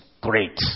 great